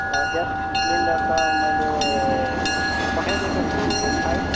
gas cylinder त मैले पठाइदिएको छु सायद